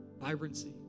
vibrancy